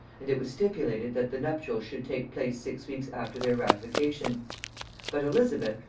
and it was stipulated that the nuptials should take place six weeks after their ratification but elizabeth,